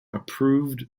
approved